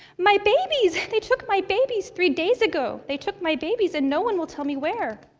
my babies! they took my babies! three days ago they took my babies and no one will tell me where.